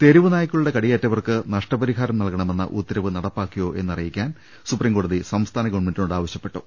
തെരുവ്നായകളുടെ കടിയേറ്റവർക്ക് നഷ്ടപരിഹാരം നൽകണമെന്ന ഉത്തരവ് നടപ്പാക്കിയോ എന്നിറിയിക്കാൻ സുപ്രികോടതി സംസ്ഥാന ഗ്വൺമെന്റിനോട് ആവശ്യ പ്പെട്ടു